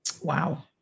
Wow